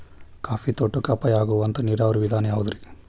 Coffee ತೋಟಕ್ಕ ಉಪಾಯ ಆಗುವಂತ ನೇರಾವರಿ ವಿಧಾನ ಯಾವುದ್ರೇ?